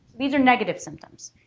these are negative symptoms.